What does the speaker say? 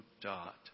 dot